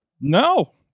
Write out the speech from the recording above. no